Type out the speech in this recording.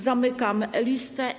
Zamykam listę.